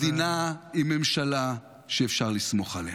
מדינה עם ממשלה שאפשר לסמוך עליה.